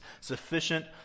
Sufficient